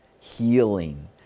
healing